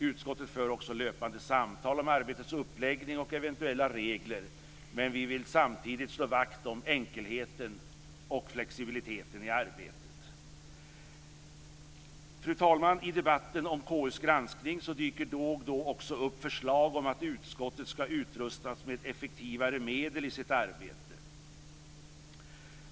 Utskottet för också löpande samtal om arbetets uppläggning och eventuella regler, men vi vill samtidigt slå vakt om enkelheten och flexibiliteten i arbetet. Fru talman! I debatten om KU:s granskning dyker då och då också upp förslag om att utskottet ska utrustas med ett effektivare medel i sitt arbete.